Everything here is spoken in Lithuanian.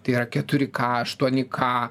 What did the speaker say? tai yra keturi k aštuoni k